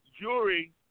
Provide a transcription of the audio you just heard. jury